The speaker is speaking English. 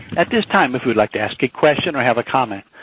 at this time, if you would like to ask a question or have a comment,